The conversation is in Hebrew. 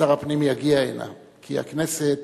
שר הפנים יגיע הנה, כי הכנסת